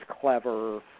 clever